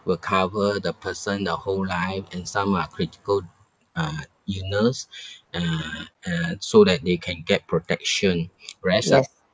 will cover the person the whole life and some are critical uh illness uh uh so that they can get protection whereas the